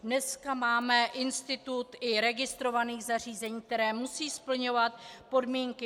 Dneska máme institut i registrovaných zařízení, která musí splňovat podmínky.